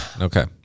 okay